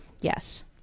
Yes